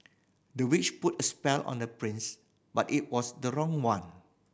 the witch put a spell on the prince but it was the wrong one